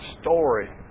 story